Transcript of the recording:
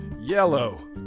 Yellow